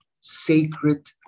sacred